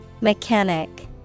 Mechanic